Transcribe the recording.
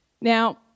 Now